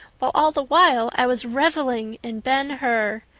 while all the while i was reveling in ben hur.